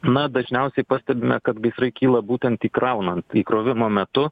na dažniausiai pastebime kad gaisrai kyla būtent įkraunant įkrovimo metu